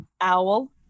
Owl